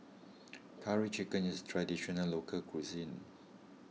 Curry Chicken is Traditional Local Cuisine